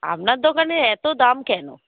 আপনার দোকানে এত দাম কেন